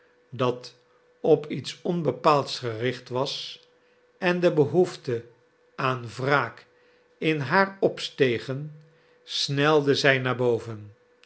dat op iets onbepaalds gericht was en de behoefte aan wraak in haar opstegen snelde zij naar boven